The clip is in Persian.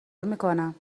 میکنم